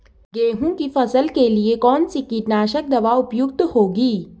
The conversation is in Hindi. गेहूँ की फसल के लिए कौन सी कीटनाशक दवा उपयुक्त होगी?